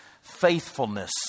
faithfulness